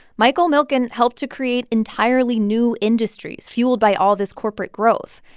michael milken helped to create entirely new industries fueled by all this corporate growth.